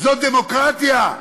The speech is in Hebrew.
זאת דמוקרטיה?